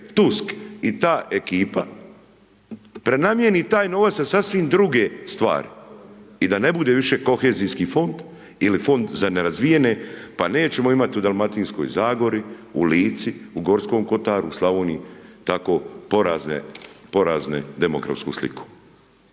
Tusk i ta ekipa prenamijeni taj novac na sasvim druge stvari i da ne bude više kohezijski fond ili fond za nerazvijene, pa nećemo imati u dalmatinskoj zagori, u Lici u Gorskom Kotaru, u Slavoniji tako porazne demografsku sliku.